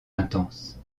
intense